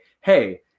hey